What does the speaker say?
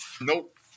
Nope